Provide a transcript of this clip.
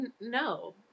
no